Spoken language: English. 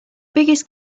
biggest